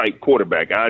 quarterback